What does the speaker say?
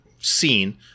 seen